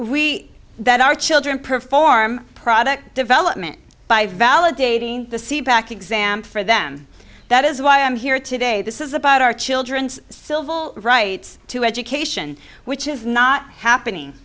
we that our children perform product development by validating the seat back exam for them that is why i'm here today this is about our children civil rights to education which is not happening